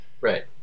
Right